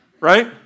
right